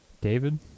david